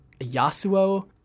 Yasuo